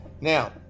Now